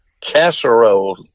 casserole